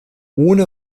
ohne